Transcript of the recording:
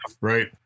Right